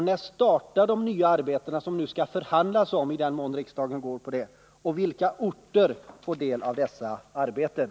När startar de arbetena, som det ju skall förhandlas om, ifall riksdagen går med på det här? Och vilka orter får del av dessa arbeten?